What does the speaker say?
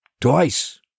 Twice